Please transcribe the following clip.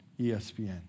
ESPN